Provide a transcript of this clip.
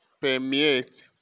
permeate